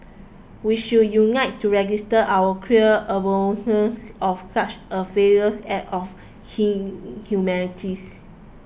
we should unite to register our clear abhorrence of such a faithless act of inhumanities